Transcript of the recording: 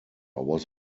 was